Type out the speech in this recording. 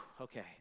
okay